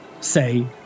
say